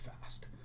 fast